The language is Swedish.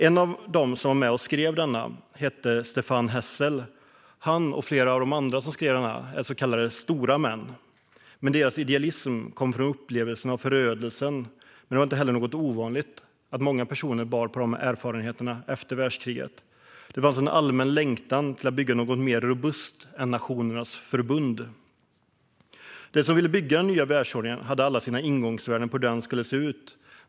En av dem som var med och skrev den hette Stephane Hessel. Han och flera av de andra som skrev den är så kallade stora män, men deras idealism kom från upplevelsen av förödelse. Det var inte ovanligt att personer bar på dessa erfarenheter efter världskriget, och det fanns en allmän längtan efter att bygga något mer robust än Nationernas Förbund. De som ville bygga den nya världsordningen hade alla sina egna ingångsvärden gällande hur den skulle se ut.